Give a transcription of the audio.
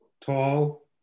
tall